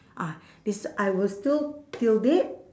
ah this I will still till date